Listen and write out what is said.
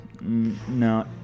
No